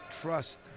trust